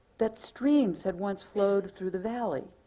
that streams had once flowed through the valley.